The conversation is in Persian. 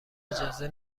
اجازه